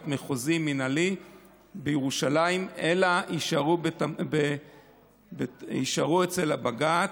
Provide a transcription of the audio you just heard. מחוזי מינהלי בירושלים אלא יישארו אצל בג"ץ.